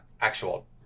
actual